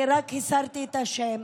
אני רק הסרתי את השם.